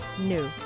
new